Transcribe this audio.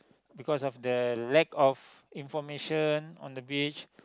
because of the lack of information on the beach